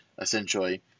essentially